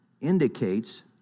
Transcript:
indicates